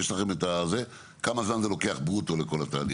לדעת כמה זמן זה אורך ברוטו כל התהליך.